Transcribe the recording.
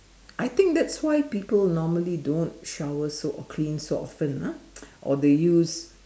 I think that's why people normally don't shower so clean so often ah or they use